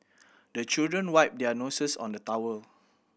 the children wipe their noses on the towel